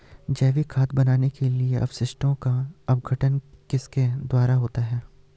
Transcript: जैविक खाद बनाने के लिए अपशिष्टों का अपघटन किसके द्वारा होता है?